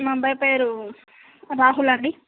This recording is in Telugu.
మా అబ్బాయి పేరు రాహుల్ అండి